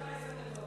הנה, יש לך עשר דקות.